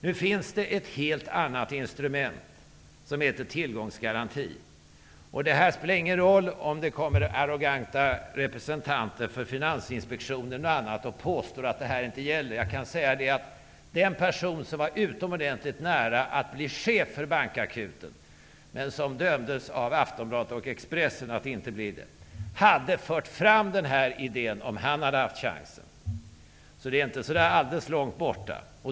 Nu finns det ett helt annat instrument som heter tillgångsgaranti. Det spelar ingen roll om det kommer arroganta representanter för Finansinspektionen och annat och påstår att detta inte gäller. Jag kan säga att den person som var utomordenligt nära att bli chef för bankakuten, men som dömdes av Aftonbladet och Expressen att inte bli det, hade fört fram denna idé om han hade haft chansen. Det är alltså inte så alldeles långt borta.